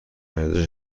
ارزش